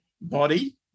body